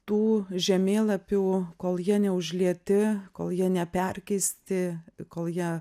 tų žemėlapių kol jie neužlieti kol jie neperkeisti kol jie